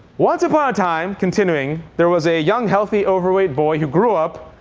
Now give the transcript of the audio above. once upon a time, continuing, there was a young healthy, overweight boy who grew up,